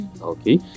okay